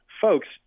folks